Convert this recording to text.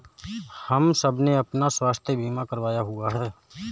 हम सबने अपना स्वास्थ्य बीमा करवाया हुआ है